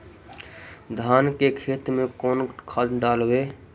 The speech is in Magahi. धान के खेत में कौन खाद डालबै?